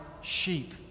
sheep